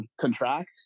contract